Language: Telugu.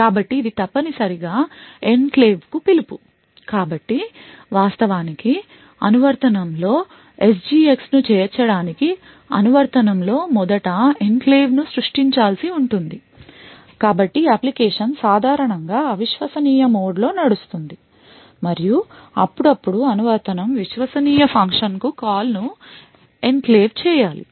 కాబట్టి ఇది తప్పనిసరిగా ఎన్క్లేవ్కు పిలుపు కాబట్టి వాస్తవానికి అనువర్తనం లో SGX ను చేర్చడానికి అనువర్తనం లో మొదట ఎన్క్లేవ్ను సృష్టించాల్సి ఉంటుంది కాబట్టి అప్లికేషన్ సాధారణం గా అవిశ్వసనీయ మోడ్ లో నడుస్తుంది మరియు అప్పుడప్పుడు అనువర్తనం విశ్వసనీయ ఫంక్షన్కు కాల్ ను ఎనక్లేవ్ చేయాలి